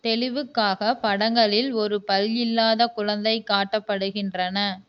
தெளிவுக்காக படங்களில் ஒரு பல் இல்லாத குழந்தை காட்டப்படுகின்றன